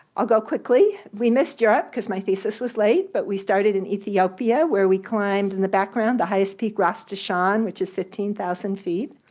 i'll go quickly. we missed europe, because my thesis was late, but we started in ethiopia where we climbed, in the background, the highest peak ras dashen, which is fifteen thousand feet.